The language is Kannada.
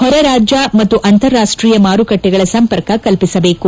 ಹೊರರಾಜ್ಯ ಮತ್ತು ಅಂತರಾಷ್ಷೀಯ ಮಾರುಕಟ್ಟೆಗಳ ಸಂಪರ್ಕ ಕಲ್ಪಿಸಬೇಕು